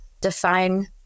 define